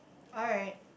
alright